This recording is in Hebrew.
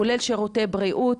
כולל שירותי בריאות,